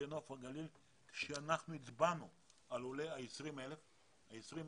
בנוף הגליל עת הצבענו על העולה ה-20,000 שהגיע.